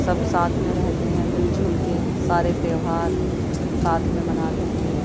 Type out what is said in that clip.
سب ساتھ میں رہتے ہیں مل جل کے سارے تہوار ساتھ میں مناتے ہیں